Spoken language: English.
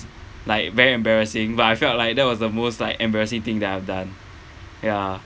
like very embarrassing but I felt like that was the most like embarrassing thing that I've done ya